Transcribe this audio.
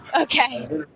Okay